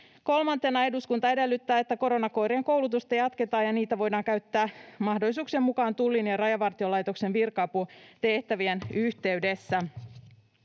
Kolmantena: ”Eduskunta edellyttää, että koronakoirien koulutusta jatketaan ja niitä voidaan käyttää mahdollisuuksien mukaan Tullin ja Rajavartiolaitoksen virka-aputehtävien yhteydessä.”